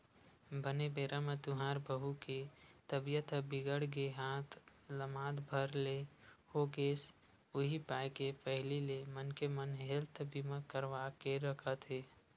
बने बेरा म तुँहर बहू के तबीयत ह बिगड़ गे हाथ लमात भर ले हो गेस उहीं पाय के पहिली ले मनखे मन हेल्थ बीमा करवा के रखत हे